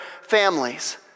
families